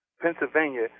Pennsylvania